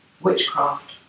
witchcraft